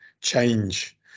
change